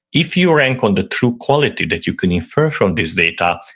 if you rank on the true quality that you can infer from this data,